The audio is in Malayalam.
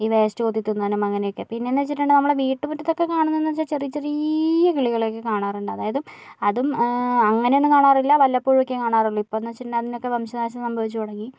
ഈ വേസ്റ്റ് കൊത്തിത്തിന്നാനും അങ്ങനെയൊക്കെ പിന്നെ എന്താണെന്ന് വച്ചിട്ടുണ്ടെങ്കിൽ നമ്മൾ വീട്ടുമുറ്റത്തൊക്കെ കാണുന്നതെന്ന് വച്ചാൽ ചെറിയ ചെറിയ കിളികളെയോ ക്കെ കാണാറുണ്ട് അതായത് അതും അങ്ങനെ ഒന്നും കാണാറില്ല വല്ലപ്പോഴുമൊക്കെയേ കാണാറുള്ളൂ ഇപ്പോഴെന്ന് വച്ചിട്ടു ണ്ടെങ്കിൽ അതിനൊക്കെ വംശനാശം സംഭവിച്ചു തുടങ്ങി